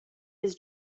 his